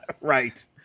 right